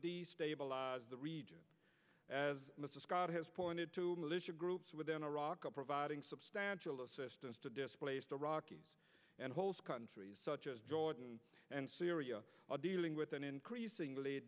the stabilize the region as mr scott has pointed to militia groups within iraq are providing substantial assistance to displace the rockies and host countries such as jordan and syria are dealing with an increasingly